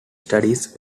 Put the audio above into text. studies